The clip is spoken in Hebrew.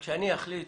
אני אראה,